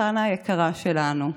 חנה היקרה שלנו,